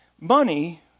money